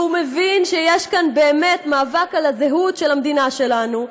שמבין שיש כאן באמת מאבק על הזהות של המדינה שלנו,